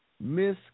Miss